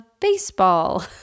baseball